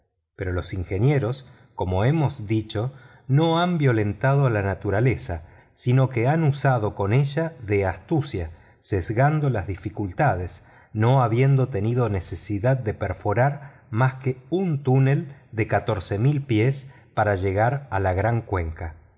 pero los ingenieros como hemos dicho no han violentado a la naturaleza sino que han usado con ella la astucia sesgando las dificultades no habiendo tenido necesidad de perforar más que un túnel de catorce mil pies para llegar a la gran cuenca